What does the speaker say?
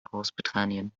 großbritannien